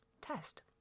test